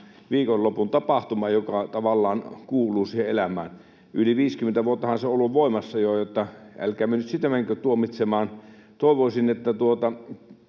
viikonlopun tapahtuma, joka tavallaan kuuluu siihen elämään. Yli 50 vuottahan se on ollut voimassa jo, joten älkäämme nyt sitä menkö tuomitsemaan. Toivoisin, että tässä